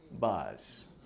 buzz